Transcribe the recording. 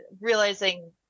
realizing